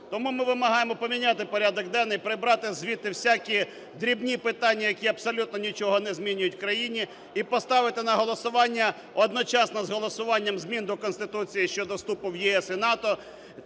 Тому ми вимагаємо поміняти порядок денний, прибрати звідти всякі дрібні питання, які абсолютно нічого не змінюють в країні, і поставити на голосування одночасно з голосуванням змін до Конституції щодо вступу в ЄС і НАТО